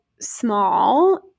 small